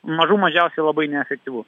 mažų mažiausiai labai neefektyvu